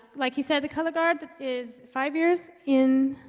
like he said the color guard is five years in